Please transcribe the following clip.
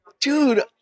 Dude